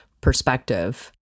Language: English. perspective